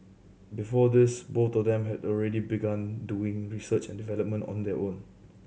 before this both of them had already begun doing research and development on their own